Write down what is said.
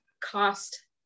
cost